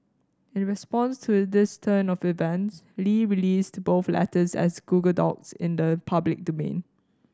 in response to this turn of events Li released both letters as Google Docs into the public domain